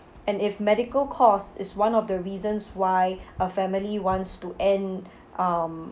and if medical cost is one of the reasons why a family wants to end um